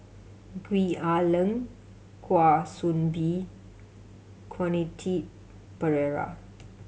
Gwee Ah Leng Kwa Soon Bee Quentin Pereira